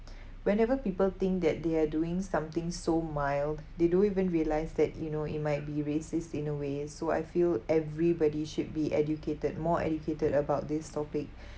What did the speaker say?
whenever people think that they are doing something so mild they don't even realise that you know it might be racist in a way so I feel everybody should be educated more educated about this topic